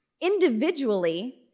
individually